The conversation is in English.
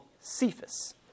Cephas